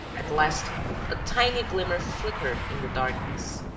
at last a tiny glimmer flickered in the darkness!